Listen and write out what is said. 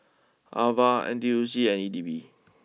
Ava N T U C and E D B